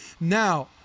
Now